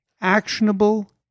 actionable